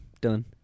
Done